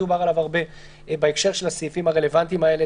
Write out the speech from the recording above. דובר עליו הרבה בהקשר לסעיפים הרלוונטיים האלה.